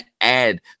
add